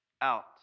out